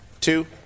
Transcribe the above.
two